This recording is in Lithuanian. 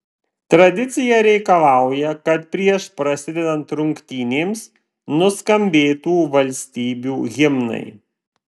tradicija reikalauja kad prieš prasidedant rungtynėms nuskambėtų valstybių himnai